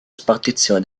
spartizione